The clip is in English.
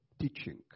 teaching